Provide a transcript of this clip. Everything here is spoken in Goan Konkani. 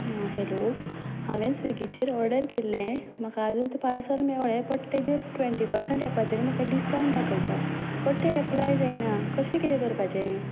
हॅलो हांवें स्विगीचेर ऑर्डर केल्लें म्हाका आजून तें पार्सल मेळ्ळें बट तेजेर ट्वेंटी परसेंट एपाचेर म्हाका डिस्कावंट दाखयता बट तें अप्लाय जायना कशी कितें करपाचें